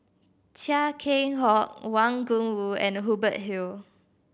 Chia Keng Hock Wang Gungwu and Hubert Hill